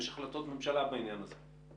יש החלטות ממשלה בעניין הזה.